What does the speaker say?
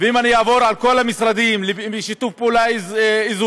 ואם אני אעבור על כל המשרדים: שיתוף פעולה אזורי,